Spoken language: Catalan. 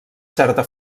certa